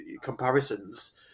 comparisons